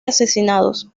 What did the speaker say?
asesinados